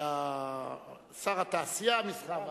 שר התעשייה, המסחר והתעסוקה.